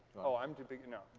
oh, i'm to begin? no,